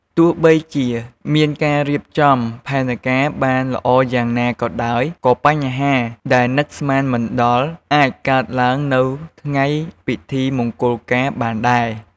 ទោះបីជាមានការរៀបចំផែនការបានល្អយ៉ាងណាក៏ដោយ ក៏បញ្ហាដែលនឹកស្មានមិនដល់អាចកើតឡើងនៅថ្ងៃពិធីមង្គលការបានដែរ។